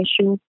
issue